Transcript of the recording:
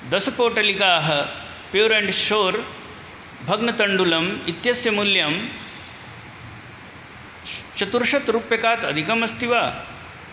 दशपोटलिकाः pure and sure भग्नतण्डुलम् इत्यस्य मूल्यं श् चतुर्शतरूप्यकात् अधिकम् अस्ति वा